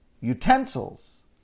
utensils